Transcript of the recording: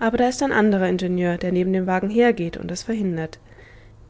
aber da ist ein anderer ingenieur der neben dem wagen hergeht und es verhindert